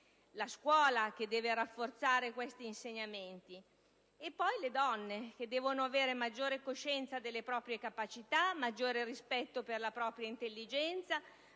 la scuola, che deve rafforzare questi insegnamenti; poi le donne, che devono avere maggiore coscienza delle proprie capacità, maggiore rispetto per la propria intelligenza,